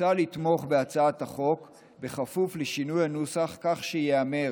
מוצע לתמוך, בכפוף לשינוי הנוסח, כך שייאמר